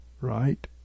right